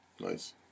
Nice